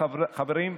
הוא נושא חשוב,